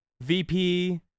VP